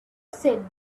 said